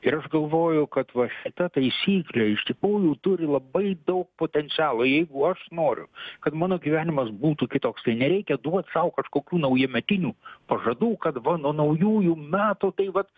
ir aš galvoju kad va šita taisyklė iš tikrųjų turi labai daug potencialo jeigu aš noriu kad mano gyvenimas būtų kitoks tai nereikia duot sau kažkokių naujametinių pažadų kad va nuo naujųjų metų tai vat